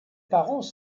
parents